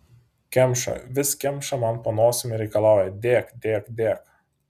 kemša vis kemša man po nosim ir reikalauja dėk dėk dėk